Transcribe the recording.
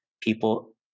people